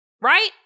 right